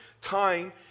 Time